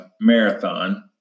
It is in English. marathon